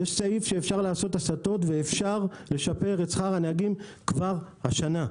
יש סעיף שאפשר לעשות ממנו הסטות ואפשר לשפר את שכר הנהגים כבר השנה.